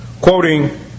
Quoting